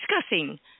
discussing